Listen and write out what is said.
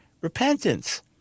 repentance